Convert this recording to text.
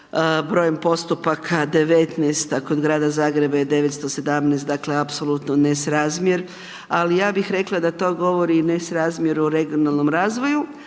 brojem postupaka 19-ta, kod Grada Zagreba je 917, dakle, apsolutno nesrazmjer, ali ja bih rekla da to govori nesrazmjeru o regionalnom razvoju,